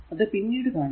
അത് പിന്നീട് കാണിക്കാം